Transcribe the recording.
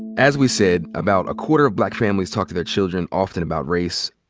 as we said, about a quarter of black families talk to their children often about race.